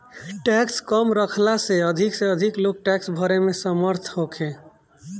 tax कम रखला से अधिक से अधिक लोग टैक्स भरे में समर्थ होखो